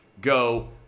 go